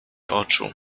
oczu